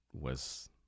was-